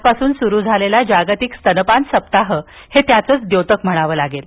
आजपासून सुरु झालेला जागतिक स्तनपान साप्ताह त्याचंच द्योतक म्हणावं लागेल